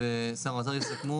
ו -2019.